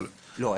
אבל --- לא,